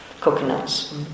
coconuts